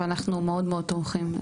ואנחנו מאוד מאוד תומכים.